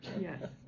Yes